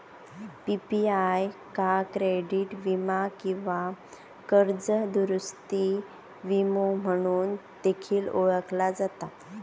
PPI का credit वीमा किंवा कर्ज दुरूस्ती विमो म्हणून देखील ओळखला जाता